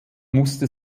musste